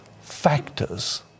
factors